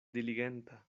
diligenta